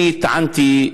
אני טענתי,